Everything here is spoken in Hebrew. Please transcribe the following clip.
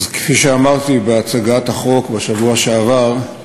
אז כפי שאמרתי בהצגת החוק בשבוע שעבר,